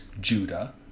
Judah